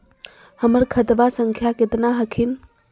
हमर खतवा संख्या केतना हखिन?